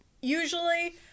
Usually